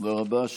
תודה רבה.